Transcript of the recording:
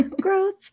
Growth